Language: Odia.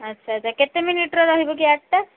ଆଚ୍ଛା ଆଚ୍ଛା କେତେ ମିନିଟ୍ର ରହିବ କି ଆଡ୍ଟା